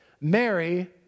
Mary